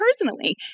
personally